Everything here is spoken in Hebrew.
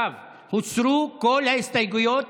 הוסרו כל ההסתייגויות